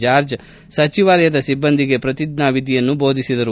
George ಸಚಿವಾಲಯದ ಸಿಬ್ಬಂದಿಗೆ ಪ್ರತಿಜ್ಞಾನಿಧಿಯನ್ನು ಬೋಧಿಸಿದರು